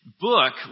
Book